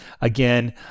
Again